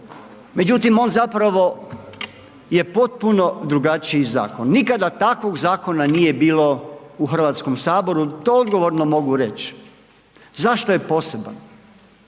međutim on zapravo je potpuno drugačiji zakon. Nikada takvog zakona nije bilo u HS, to odgovorno mogu reć. Zašto je poseban?